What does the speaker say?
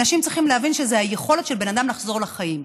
אנשים צריכים להבין שזאת היכולת של בן אדם לחזור לחיים.